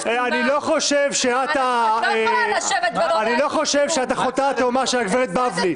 אני לא חושב שאת אחותה התאומה של הגברת בבלי,